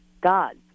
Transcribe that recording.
God